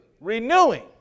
renewing